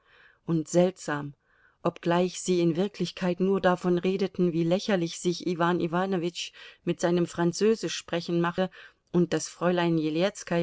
und seltsam obgleich sie in wirklichkeit nur davon redeten wie lächerlich sich iwan iwanowitsch mit seinem französischsprechen mache und daß fräulein